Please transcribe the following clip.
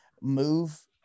move